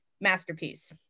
masterpiece